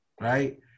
right